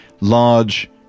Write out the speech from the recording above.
large